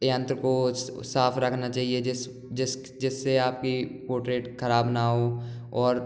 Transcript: यंत्र को साफ रखना चहिए जिससे आपकी पोर्ट्रेट खराब ना हो और